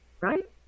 right